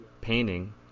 painting